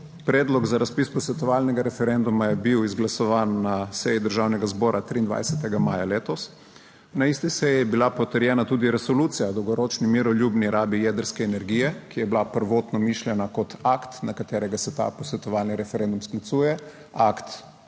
predlog za razpis posvetovalnega referenduma je bil izglasovan na seji Državnega zbora 23. maja letos, na isti seji je bila potrjena tudi Resolucija o dolgoročni miroljubni rabi jedrske energije, ki je bila prvotno mišljena kot akt na katerega se ta posvetovalni referendum sklicuje. Akt,